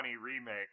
remake